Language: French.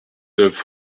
neuf